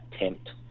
attempt